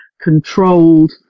controlled